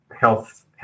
health